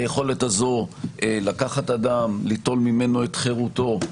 היכולת לקחת אדם וליטול ממנו את חירותו,